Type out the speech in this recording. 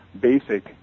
basic